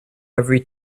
every